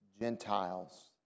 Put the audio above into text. Gentiles